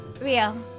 Real